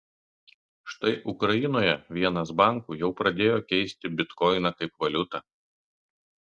štai ukrainoje vienas bankų jau pradėjo keisti bitkoiną kaip valiutą